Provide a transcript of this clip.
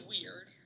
weird